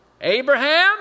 Abraham